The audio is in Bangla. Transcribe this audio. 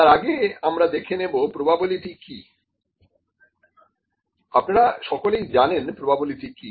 তার আগে আমরা দেখে নেবো প্রবাবিলিটি কি আপনারা সকলেই জানেন প্রবাবিলিটি কী